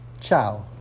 Ciao